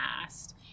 past